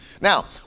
Now